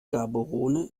gaborone